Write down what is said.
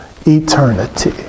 eternity